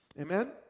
Amen